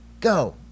go